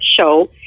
show